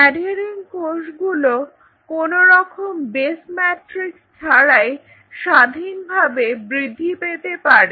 adhering কোষগুলো কোনরকম base matrix ছাড়াই স্বাধীনভাবে বৃদ্ধি পেতে পারে